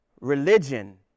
religion